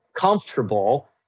comfortable